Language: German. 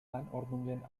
anordnungen